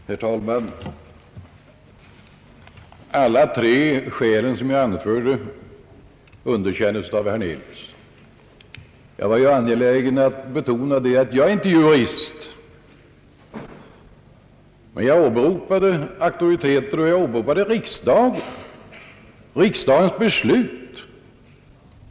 Herr talman! Alla de tre skäl som jag anförde underkändes av herr Hernelius. Jag var angelägen att betona att jag inte är jurist, men jag åberopade auktoriteter, och jag åberopade riksdagens beslut.